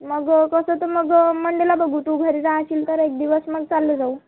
मग कसं ते मग मंडेला बघू तू घरी राहशील तर एक दिवस मग चालले जाऊ